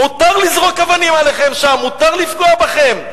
מותר לזרוק אבנים עליכם שם, מותר לפגוע בכם.